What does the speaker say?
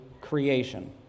creation